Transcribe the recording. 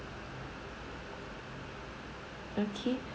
okay